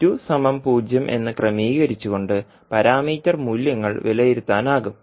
0 എന്ന് ക്രമീകരിച്ചുകൊണ്ട് പരാമീറ്റർ മൂല്യങ്ങൾ വിലയിരുത്താനാകും